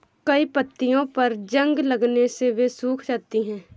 कई पत्तियों पर जंग लगने से वे सूख जाती हैं